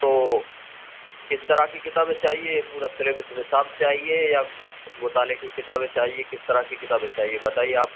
تو کس طرح کی کتابیں چاہیے پورا سلیبس نصاب چاہیے یا کچھ مطالعے کی کتابیں چاہیے کس طرح کی کتابیں چاہیے بتائیے آپ